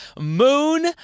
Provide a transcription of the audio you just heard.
moon